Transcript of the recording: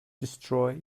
destroy